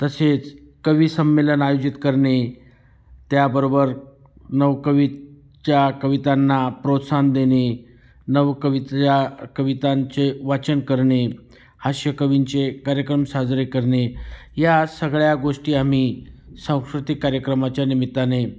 तसेच कविसंमेलन आयोजित करणे त्याबरोबर नवकवीच्या कवितांना प्रोत्साहन देणे नवकवितेच्या कवितांचे वाचन करणे हास्यकवींचे कार्यक्रम साजरे करणे या सगळ्या गोष्टी आम्ही सांस्कृतिक कार्यक्रमाच्या निमित्ताने